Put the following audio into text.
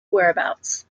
whereabouts